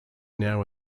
now